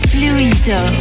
Fluido